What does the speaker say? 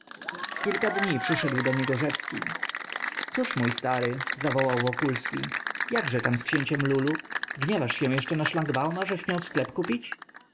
w kilka dni przyszedł do niego rzecki cóż mój stary zawołał wokulski jakże tam z księciem lulu gniewasz się jeszcze na szlangbauma że śmiał sklep kupić